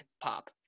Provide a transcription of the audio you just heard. pop